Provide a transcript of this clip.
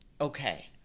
Okay